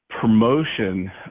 promotion